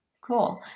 Cool